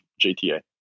JTA